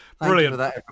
Brilliant